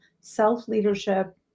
self-leadership